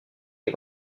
les